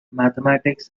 mathematics